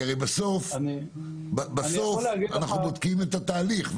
כי הרי בסוף, אנחנו בודקים את התהליך.